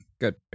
Good